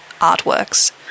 artworks